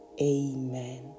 amen